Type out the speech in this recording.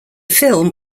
film